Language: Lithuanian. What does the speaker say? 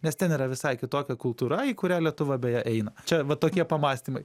nes ten yra visai kitokia kultūra į kurią lietuva beje eina čia va tokie pamąstymai